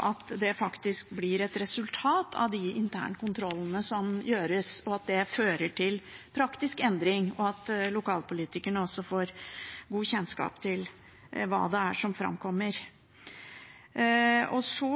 at det faktisk blir et resultat av de internkontrollene som gjøres, at det fører til praktisk endring, og at lokalpolitikerne får god kjennskap til hva som framkommer. Vi